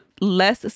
less